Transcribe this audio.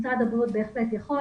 משרד הבריאות בהחלט יכול.